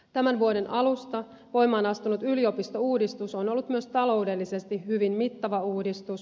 tämän vuoden alusta voimaan astunut yliopistouudistus on ollut myös taloudellisesti hyvin mittava uudistus